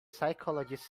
psychologist